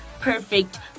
perfect